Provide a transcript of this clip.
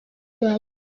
rwanda